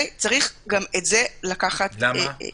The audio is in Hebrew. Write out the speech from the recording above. גם את זה יש לקחת בחשבון.